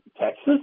Texas